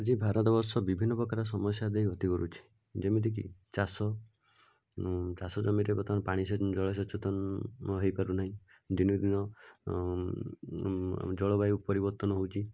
ଆଜି ଭାରତବର୍ଷ ବିଭିନ୍ନ ପ୍ରକାର ସମସ୍ୟା ଦେଇ ଗତି କରୁଛି ଯେମିତିକି ଚାଷ ଚାଷ ଜମିରେ ବର୍ତ୍ତମାନ ପାଣି ଜଳସେଚନ ନ ହୋଇପାରୁନାହିଁ ଦିନକୁ ଦିନ ଜଳବାୟୁ ପରିବର୍ତ୍ତନ ହେଉଛି